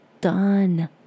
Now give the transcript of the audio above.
done